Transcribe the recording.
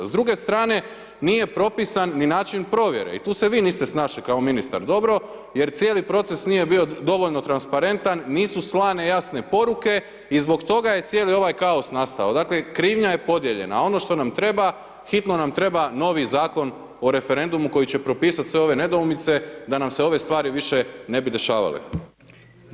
S druge strane nije propisan ni način provjere i tu se vi niste snašli kao ministar dobro jer cijeli proces nije bio dovoljno transparentan, nisu slane jasne poruke i zbog toga je cijeli ovaj kaos nastao, dakle krivnja je podijeljena a ono što nam treba, hitno nam treba novi Zakon o referendumu koji će propisati sve ove nedoumice da nam se ove stvari više ne bi dešavale.